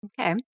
Okay